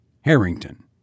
Harrington